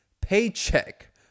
paycheck